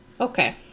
Okay